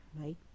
right